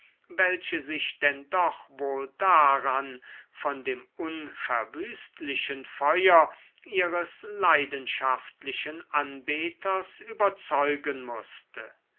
welche sich denn doch wohl daran von dem unverwüstlichen feuer ihres leidenschaftlichen anbeters überzeugen mußte